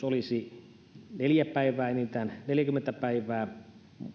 olisi neljä päivää enintään neljäkymmentä päivää